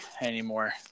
anymore